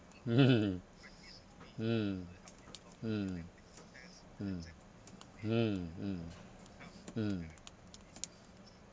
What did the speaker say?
mm hmm mm mm mm mm mm mm mm mm